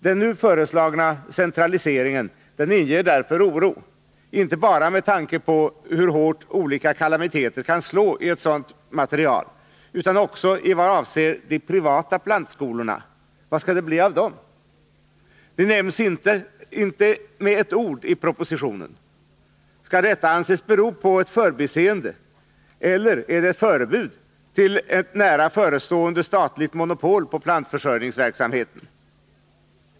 Den nu föreslagna centraliseringen inger därför oro, inte bara med tanke på hur hårt olika kalamiteter kan slå i ett sådant material, utan också i vad avser de privata plantskolorna. Vad skall det bli av dem? De nämns inte med ett ord i propositionen. Skall detta anses bero på ett förbiseende, eller är det förebud till ett nära förestående statligt monopol på plantförsörjningsverksamheten?